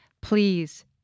please